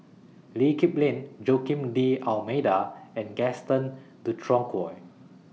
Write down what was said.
Lee Kip Lin Joaquim D'almeida and Gaston Dutronquoy